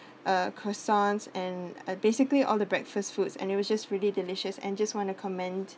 uh croissants and uh basically all the breakfast foods and it was just really delicious and just want to comment